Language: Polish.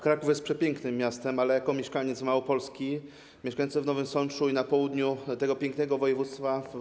Kraków jest przepięknym miastem, ale jako mieszkaniec Małopolski mieszkający w Nowym Sączu i na południu tego pięknego województwa w